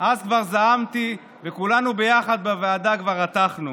אז כבר זעמתי וכולנו ביחד בוועדה כבר רתחנו.